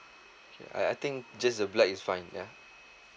I I think just a black is fine yeah